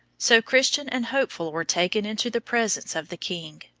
so christian and hopeful were taken into the presence of the king,